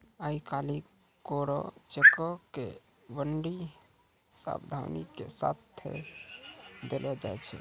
आइ काल्हि कोरा चेको के बड्डी सावधानी के साथे देलो जाय छै